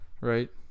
Right